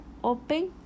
open